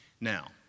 Now